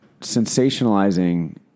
sensationalizing